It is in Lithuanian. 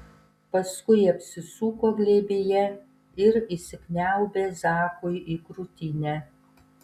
paskui apsisuko glėbyje ir įsikniaubė zakui į krūtinę